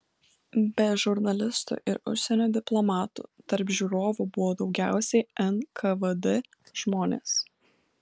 be žurnalistų ir užsienio diplomatų tarp žiūrovų buvo daugiausiai nkvd žmonės